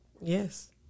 Yes